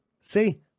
See